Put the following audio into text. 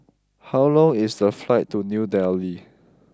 how long is the flight to New Delhi